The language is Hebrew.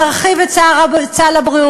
להרחיב את סל הבריאות,